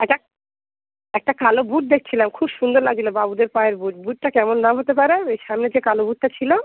একটা একটা কালো বুট দেখছিলাম খুব সুন্দর লাগছিলো বাবুদের পায়ের বুট বুটটা কেমন দাম হতে পারে ওই সামনে যে কালো বুটটা ছিল